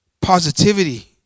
Positivity